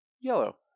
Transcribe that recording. Yellow